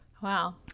Wow